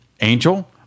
angel